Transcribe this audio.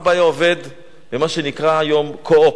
אבא היה עובד במה שנקרא היום "קו-אופ".